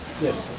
yes.